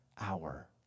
hour